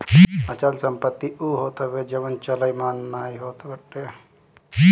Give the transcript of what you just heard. अचल संपत्ति उ होत हवे जवन चलयमान नाइ होत बाटे